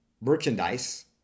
merchandise